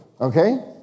okay